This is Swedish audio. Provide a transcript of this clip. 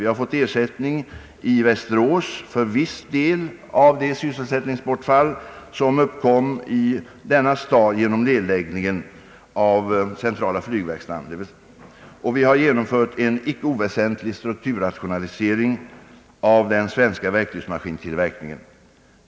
Vi har fått ersättning i Västerås för viss del av det sysselsättningsbortfall som uppkom i denna stad genom nedläggning av Centrala verkstaden. En icke oväsentlig strukturrationalisering av den svenska verktygsmaskintillverkningen har också genomförts.